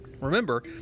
Remember